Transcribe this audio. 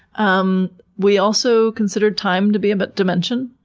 um we also consider time to be a but dimension.